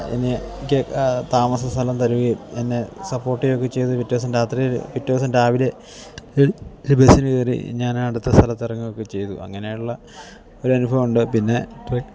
എനിക്ക് എനിക്ക് താമസസ്ഥലം തരികയും എന്നെ സപ്പോർട്ട് ചെയ്യുകയുമൊക്കെ ചെയ്തു പിറ്റെദിവസം രാത്രി പിറ്റെദിവസം രാവിലെ ബസ്സിന് കയറി ഞാൻ അടുത്ത സ്ഥലത്തിറങ്ങുകയുമൊ ക്കെ ചെയ്തു അങ്ങനെയുള്ള ഒരനുഭവമുണ്ട് പിന്നെ